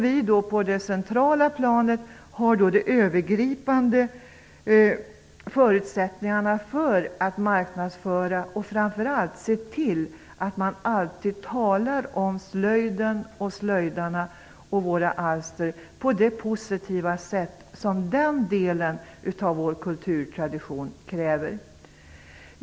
Vi på det centrala planet har ansvaret för de övergripande förutsättningarna för marknadsföringen och framför allt när det gäller att se till att man alltid talar om slöjden, slöjdarna och våra alster på det positiva sätt som den delen av vår kulturtradition kräver.